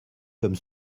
comme